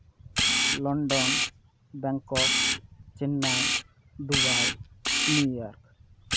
London Bangkok Chennai Dubai New York